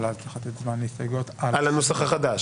אבל אז צריך לתת זמן להסתייגויות על הנוסח החדש.